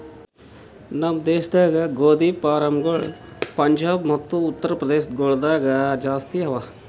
ನಮ್ ದೇಶದಾಗ್ ಗೋದಿ ಫಾರ್ಮ್ಗೊಳ್ ಪಂಜಾಬ್ ಮತ್ತ ಉತ್ತರ್ ಪ್ರದೇಶ ಗೊಳ್ದಾಗ್ ಜಾಸ್ತಿ ಅವಾ